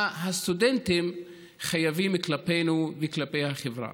מה הסטודנטים חייבים כלפינו וכלפי החברה.